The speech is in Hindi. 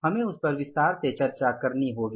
हमें उस पर विस्तार से चर्चा करनी होगी